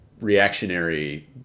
reactionary